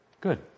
Good